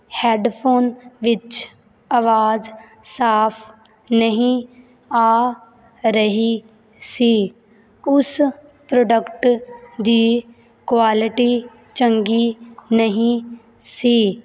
headphone ਵਿੱਚ ਆਵਾਜ਼ ਸਾਫ਼ ਨਹੀਂ ਆ ਰਹੀ ਸੀ ਉਸ ਪ੍ਰੋਡਕਟ ਦੀ ਕੁਆਲਿਟੀ ਚੰਗੀ ਨਹੀਂ ਸੀ